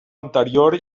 anterior